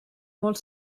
molt